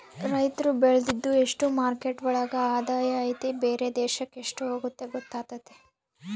ರೈತ್ರು ಬೆಳ್ದಿದ್ದು ಎಷ್ಟು ಮಾರ್ಕೆಟ್ ಒಳಗ ಆದಾಯ ಐತಿ ಬೇರೆ ದೇಶಕ್ ಎಷ್ಟ್ ಹೋಗುತ್ತೆ ಗೊತ್ತಾತತೆ